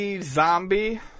Zombie